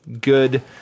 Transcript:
good